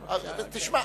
תשמע,